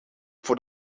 voor